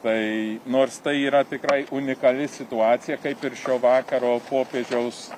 tai nors tai yra tikrai unikali situacija kaip ir šio vakaro popiežiaus